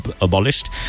abolished